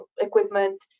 equipment